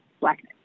blackness